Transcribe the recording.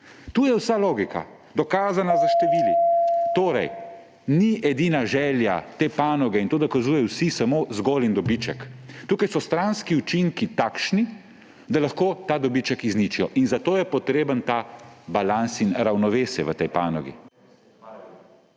Tu je vsa logika, dokazana s števili. Torej ni edina želja te panoge – in to dokazujejo vsi – samo in zgolj dobiček, tukaj so stranski učinki takšni, da lahko ta dobiček izničijo. In zato je potreben ta balans in ravnovesje v tej panogi.